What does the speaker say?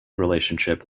relationship